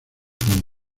con